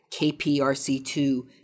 KPRC2